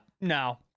no